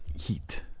heat